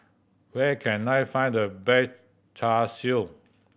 where can I find the best Char Siu